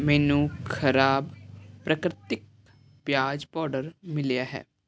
ਮੈਨੂੰ ਖ਼ਰਾਬ ਪ੍ਰਕਿਰਤਿਕ ਪਿਆਜ਼ ਪਾਊਡਰ ਮਿਲਿਆ ਹੈ